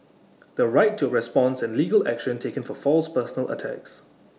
the right to A response and legal action taken for false personal attacks